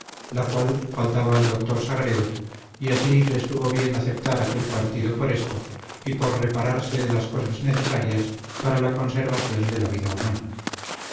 la cual faltaba al doctor sagredo y así le estuvo bien aceptar aquel partido por esto y por repararse de las cosas necesarias para la conservación de la vida humana